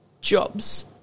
Jobs